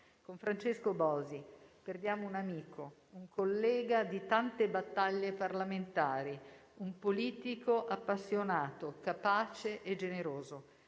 Con Francesco Bosi perdiamo un amico, un collega di tante battaglie parlamentari, un politico appassionato, capace e generoso;